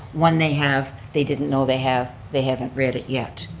when they have, they didn't know they have, they haven't read it yet.